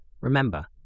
remember